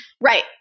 Right